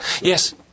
Yes